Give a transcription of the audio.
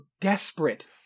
desperate